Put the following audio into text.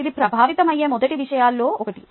ఇది ప్రభావితమయ్యే మొదటి విషయాలలో ఒకటి